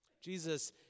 Jesus